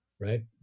right